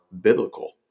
biblical